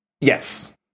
Yes